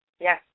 Yes